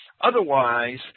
Otherwise